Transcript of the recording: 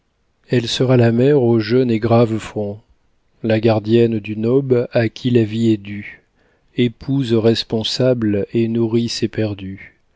elle sera la mère au jeune et grave front la gardienne d'une aube à qui la vie est due épouse responsable et nourrice éperdue